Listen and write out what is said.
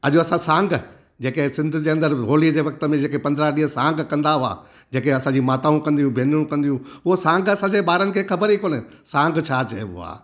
अॼु असां सांग जेके सिंध जे अंदति होलीअ जे वक़्त में जेके पंद्रहां ॾींहं सांग कंदा हुआ जेके असांजी माताऊं कंदियूं भेनरू कंदियूं उहा सांग असांजे ॿारनि खे ख़बर ई कोन्हे सांग छा चइबो आहे